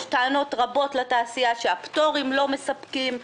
יש טענות רבות לתעשייה שהפטורים לא מספקים.